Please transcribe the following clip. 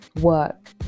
work